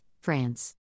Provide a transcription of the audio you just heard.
France